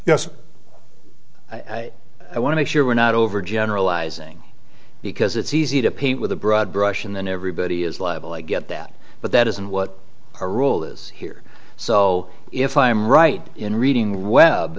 yes i want to make sure we're not overgeneralizing because it's easy to paint with a broad brush and then everybody is liable i get that but that isn't what a rule is here so if i am right in reading web